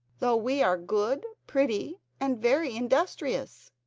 though we are good, pretty, and very industrious